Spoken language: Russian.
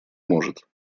может